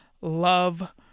Love